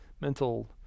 mental